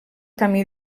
camí